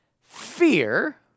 fear